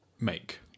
make